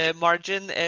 margin